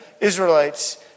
Israelites